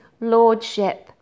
lordship